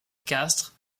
castres